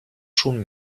schon